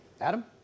Adam